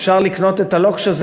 אפשר לקנות את הלוקש הזה,